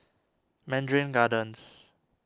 Mandarin Gardens